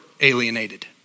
alienated